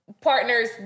partners